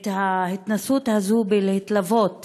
את ההתנסות הזאת של להתלוות